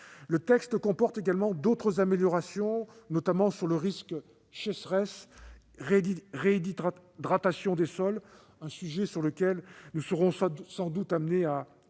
Le texte comporte d'autres améliorations, notamment sur le risque de sécheresse-réhydratation des sols, un sujet sur lequel nous serons sans doute amenés à échanger